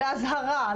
להזהרה,